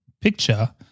picture